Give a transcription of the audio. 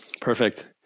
Perfect